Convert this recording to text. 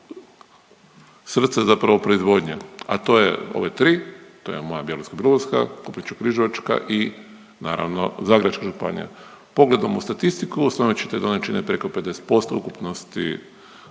srce zapravo proizvodnje, a to je ove tri, to je moja Bjelovarsko-bilogorska, Koprivničko-križevačka i naravno Zagrebačka županija. Pogledom u statistiku ustanovit ćete da one čine preko 50% ukupnosti